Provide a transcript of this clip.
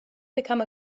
become